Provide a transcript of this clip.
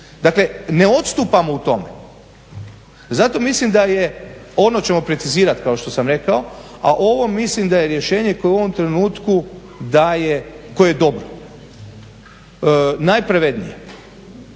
Dakle, ne odstupamo u tome, zato mislim da je, ono ćemo precizirat kao što sam rekao, a ovo mislim da je rješenje koje u ovom trenutku daje, koje je dobro, najpravednije.